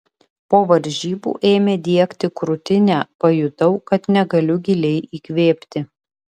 po varžybų ėmė diegti krūtinę pajutau kad negaliu giliai įkvėpti